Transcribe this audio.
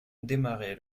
démarrer